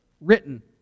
Written